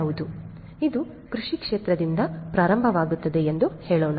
ಇದು ಕೃಷಿ ಕ್ಷೇತ್ರದಿಂದ ಪ್ರಾರಂಭವಾಗುತ್ತದೆ ಎಂದು ಹೇಳೋಣ